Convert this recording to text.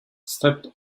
stepped